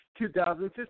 2015